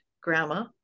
grandma